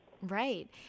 Right